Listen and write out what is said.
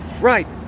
Right